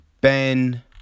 Ben